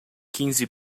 quinze